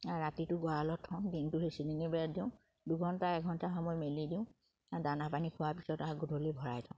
ৰাতিটো গঁৰালত থওঁ দিনটো সেই চিলিঙি বেৰত দিওঁ দুঘণ্টা এক ঘণ্টা সময় মেলি দিওঁ দানা পানী খোৱাৰ পিছত আৰু গধূলি ভৰাই থওঁ